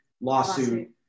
lawsuit